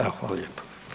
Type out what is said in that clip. Evo, hvala lijepo.